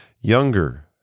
younger